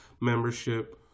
membership